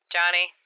Johnny